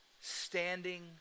standing